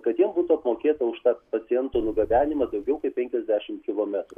kad jiem būtų apmokėta už tą paciento nugabenimą daugiau kaip penkiasdešim kilometrų